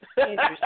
interesting